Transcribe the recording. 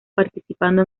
participando